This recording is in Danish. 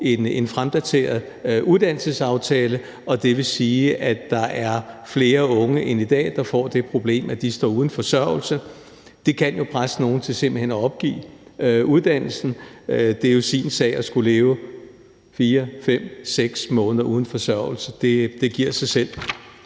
en fremdateret uddannelsesaftale, og det vil sige, at der er flere unge end i dag, der får det problem, at de står uden forsørgelse. Det kan jo presse nogle til simpelt hen at opgive uddannelsen, for det er jo sin sag at skulle leve 4, 5, 6 måneder uden forsørgelse. Det giver sig selv.